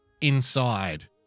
inside